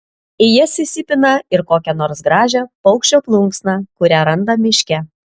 į jas įsipina ir kokią nors gražią paukščio plunksną kurią randa miške